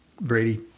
Brady